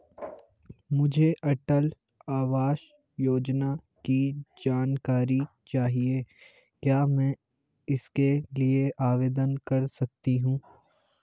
मुझे अटल आवास योजना की जानकारी चाहिए क्या मैं इसके लिए आवेदन कर सकती हूँ?